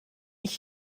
ich